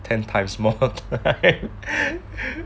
ten times more